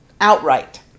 outright